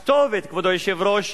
הכתובת, כבוד היושב-ראש,